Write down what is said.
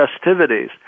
festivities